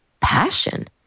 passion